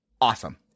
awesome